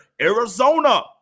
Arizona